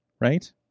right